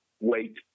wait